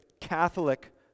Catholic